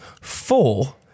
four